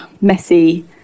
messy